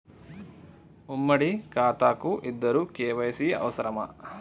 ఉమ్మడి ఖాతా కు ఇద్దరు కే.వై.సీ అవసరమా?